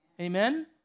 Amen